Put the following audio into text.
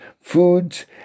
foods